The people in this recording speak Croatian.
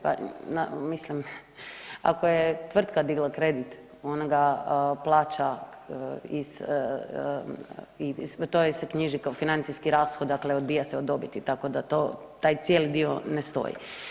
Pa mislim, ako je tvrtka digla kredit ona ga plaća iz, to joj se knjiži kao financijski rashod dakle odbija se od dobiti, tako da cijeli taj dio ne stoji.